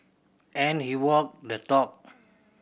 and he walked the talk